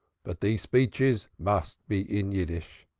but these speeches must be in yiddish.